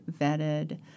vetted